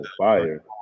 fire